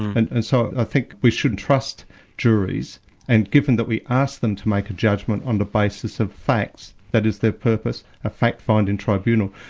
and and so i think we should trust juries and given that we ask them to make a judgment on the basis of fact, that is their purpose, a fact-finding tribunal,